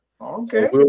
okay